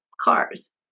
Cars